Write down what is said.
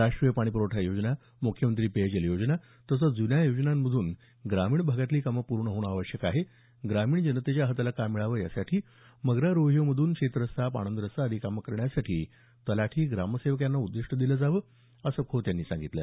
राष्ट्रीय पाणी पुरवठा योजना मुख्यमंत्री पेयजल योजना तसंच जुन्या योजनांमधून ग्रामीण भागामधली कामं पूर्ण होणं आवश्यक आहे ग्रामीण जनतेच्या हाताला काम मिळावं यासाठी मग्रारोहयोमधून शेतरस्ता पाणंद रस्ता आदी कामं करण्यासाठी तलाठी ग्रामसेवक आदींना उद्दीष्ट दिलं जावं असं खोत यांनी सांगितलं